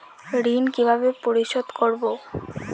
ঋণ কিভাবে পরিশোধ করব?